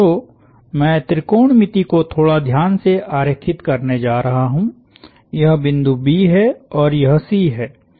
तो मैं त्रिकोणमिति को थोड़ा ध्यान से आरेखित करने जा रहा हूं यह बिंदु B है और यह C है